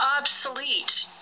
obsolete